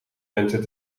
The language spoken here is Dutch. mensen